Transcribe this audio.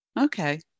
Okay